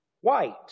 white